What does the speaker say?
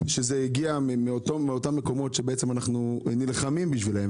שזה הגיע מאותם מקומות שאנחנו בעצם נלחמים בשבילם.